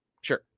Sure